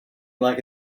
like